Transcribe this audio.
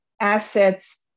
assets